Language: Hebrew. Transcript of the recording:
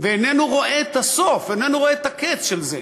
ואיננו רואה את הסוף, איננו רואה את הקץ של זה.